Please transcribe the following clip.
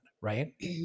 Right